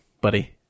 buddy